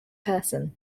person